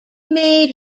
made